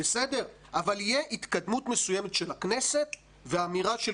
אבל תהיה התקדמות מסוימת של הכנסת ואמירה של